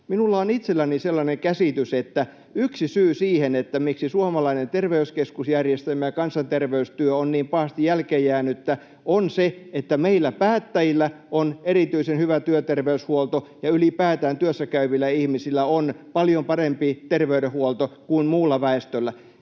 minulla on itselläni sellainen käsitys, että yksi syy siihen, miksi suomalainen terveyskeskusjärjestelmä ja kansanterveystyö ovat niin pahasti jälkeenjääneitä, on se, että meillä päättäjillä on erityisen hyvä työterveyshuolto ja ylipäätään työssä käyvillä ihmisillä on paljon parempi terveydenhuolto kuin muulla väestöllä.